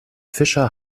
fischer